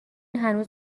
هنوز